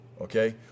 okay